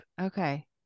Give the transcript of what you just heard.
Okay